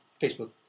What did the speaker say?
Facebook